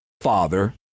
father